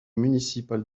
municipales